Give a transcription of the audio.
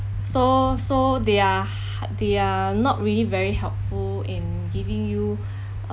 so so they are h~ they are not really very helpful in giving you